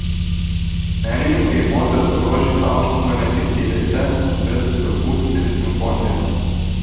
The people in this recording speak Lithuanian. menininkai moters grožį aukštino ne tik eilėse bet turbūt ir simfonijose